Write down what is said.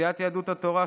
סיעת יהדות התורה,